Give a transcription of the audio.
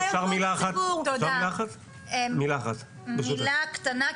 מילה קטנה.